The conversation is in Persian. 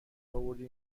آوردی